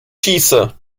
schieße